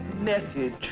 Message